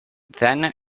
then